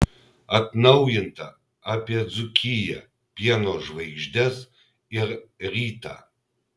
atnaujinta apie dzūkiją pieno žvaigždes ir rytą